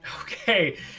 Okay